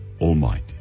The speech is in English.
Almighty